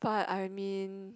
but I mean